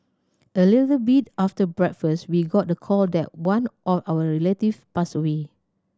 a little bit after breakfast we got the call that one of our relatives passed away